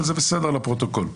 אבל זה בסדר לפרוטוקול.